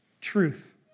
truth